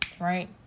right